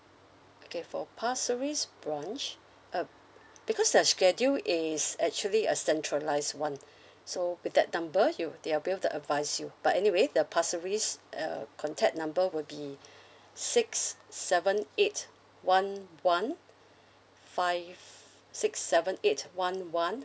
okay for pasir ris branch uh because their schedule is actually a centralised [one] so with that number you they will be able to advise you but anyway the pasir ris uh contact number will be six seven eight one one five six seven eight one one